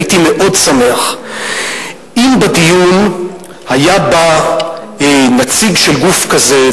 הייתי מאוד שמח אם לדיון היה בא נציג של גוף כזה,